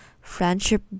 friendship